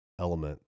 element